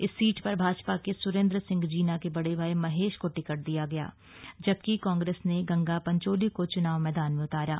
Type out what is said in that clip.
इस सीट पर भाजपा ने स्रेंद्र सिंह जीना के बड़े भाई महेश को टिकट दिया है जबकि कांग्रेस ने गंगा पंचोली को च्नाव मैदान में उतारा